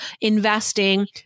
investing